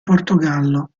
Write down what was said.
portogallo